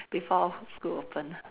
before school open